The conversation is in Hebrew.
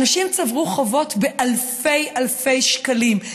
אנשים צברו חובות באלפי אלפי שקלים,